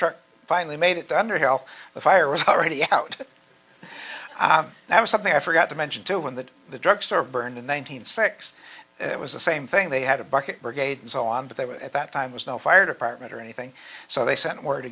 truck finally made it to under health the fire was already out that was something i forgot to mention to him that the drug store burned in one thousand six it was the same thing they had a bucket brigade and so on but they were at that time was no fire department or anything so they sent word